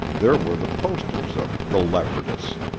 there were the posters of the leopardess.